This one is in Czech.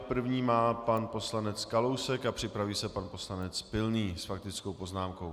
První má pan poslanec Kalousek a připraví se pan poslanec Pilný s faktickou poznámkou.